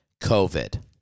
COVID